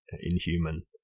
inhuman